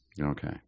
Okay